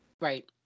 Right